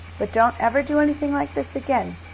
but don't ever do anything like this again.